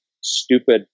stupid